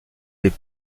des